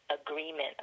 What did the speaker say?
agreement